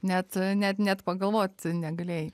net net net pagalvot negalėjai